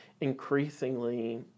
increasingly